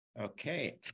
okay